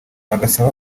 bagasaba